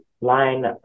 line